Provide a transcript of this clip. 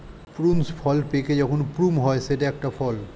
prunes ফল পেকে যখন প্লুম হয় সেটি এক ফল